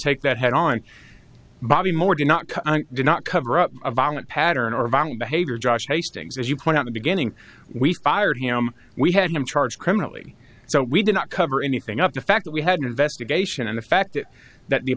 take that head on bobby moore did not did not cover up a violent pattern or violent behavior josh hastings as you point out the beginning we fired him we had him charged criminally so we did not cover anything up the fact that we had an investigation and the fact that th